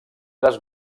les